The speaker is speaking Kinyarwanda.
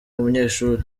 umunyeshuri